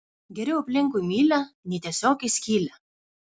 geriau aplinkui mylią nei tiesiog į skylę